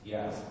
Yes